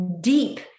deep